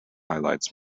highlights